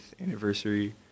anniversary